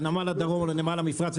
לנמל הדרום ולנמל המפרץ,